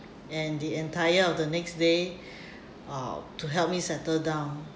and the entire of the next day uh to help me settle down